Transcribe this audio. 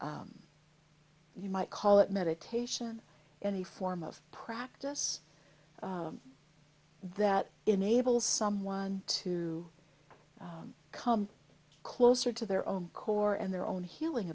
of you might call it meditation any form of practice that enables someone to come closer to their own core and their own healing